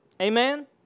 Amen